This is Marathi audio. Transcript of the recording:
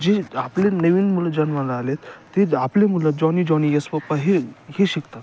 जे आपले नवीन मुलं जन्मला आलेत ते आपले मुलं जॉनी जॉनी यस पप्पा हे हे शिकतात